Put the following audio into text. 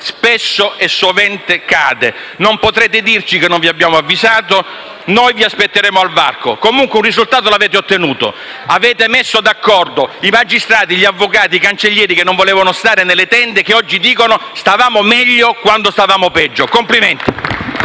spesso e sovente cade. Non potrete dirci che non vi abbiamo avvisato. Noi vi aspetteremo al varco. Comunque, un risultato lo avete ottenuto. Avete messo d'accordo i magistrati, gli avvocati e i cancellieri, che non volevano stare nelle tende, che oggi dicono: stavamo meglio quando stavamo peggio! Complimenti!